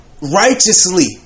Righteously